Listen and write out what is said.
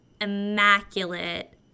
immaculate